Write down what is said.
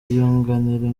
yunganirwa